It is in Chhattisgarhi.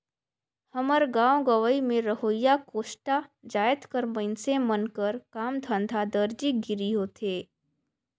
हमर गाँव गंवई में रहोइया कोस्टा जाएत कर मइनसे मन कर काम धंधा दरजी गिरी होथे